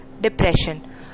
depression